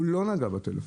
הוא לא נגע בטלפון,